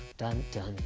dun, dun,